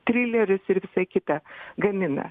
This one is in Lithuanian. trileris ir visai kita gamina